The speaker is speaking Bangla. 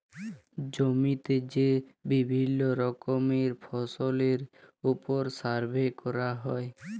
জমিতে যে বিভিল্য রকমের ফসলের ওপর সার্ভে ক্যরা হ্যয়